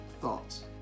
thoughts